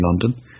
London